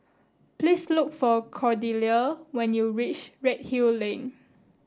please look for Cordelia when you reach Redhill Lane